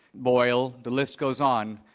boyle, the list goes on,